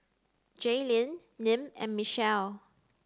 Jaylene Nim and Michelle